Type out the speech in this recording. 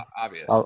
obvious